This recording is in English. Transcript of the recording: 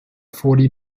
forty